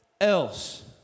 else